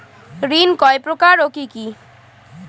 ঋণ কয় প্রকার ও কি কি?